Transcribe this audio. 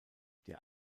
der